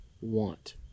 want